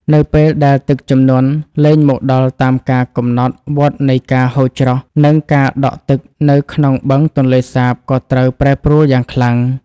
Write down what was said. នៅពេលដែលទឹកជំនន់លែងមកដល់តាមការកំណត់ វដ្តនៃការហូរច្រោះ និងការដក់ទឹកនៅក្នុងបឹងទន្លេសាបក៏ត្រូវប្រែប្រួលយ៉ាងខ្លាំង។